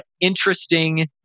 interesting